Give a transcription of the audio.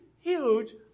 huge